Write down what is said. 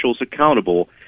accountable